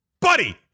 Buddy